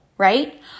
Right